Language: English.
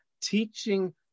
teaching